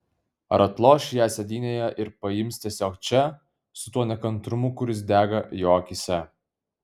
ar atloš ją sėdynėje ir paims tiesiog čia su tuo nekantrumu kuris dega jo akyse